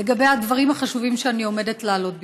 לגבי הדברים החשובים שאני עומדת להעלות בפניכם.